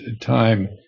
time